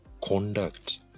conduct